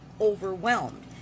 overwhelmed